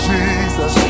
Jesus